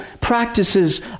practices